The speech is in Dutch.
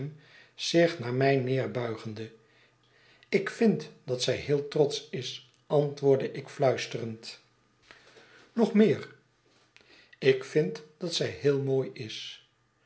zich naar mij neerbuigende ik vind dat zij heel trotsch is antwoordde ik fluisterend ik word door e stella met minaghtino behandeld nog meer ik vind dat z'y heel mooi is